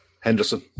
Henderson